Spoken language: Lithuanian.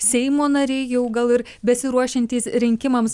seimo nariai jau gal ir besiruošiantys rinkimams